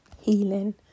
healing